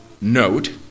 note